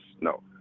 no